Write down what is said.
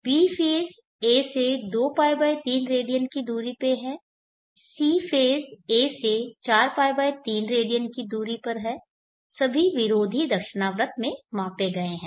b phase a से 2π 3 radian की दूरी पर है c फेज़ a से 4π3 रेडियन की दूरी पर है सभी विरोधी दक्षिणावर्त में मापे गए है